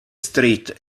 street